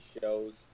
shows